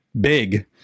big